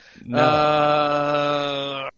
No